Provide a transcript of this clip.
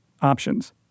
options